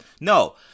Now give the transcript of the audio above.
No